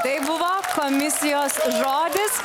tai buvo komisijos žodis